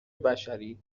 بشری